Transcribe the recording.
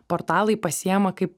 portalai pasiima kaip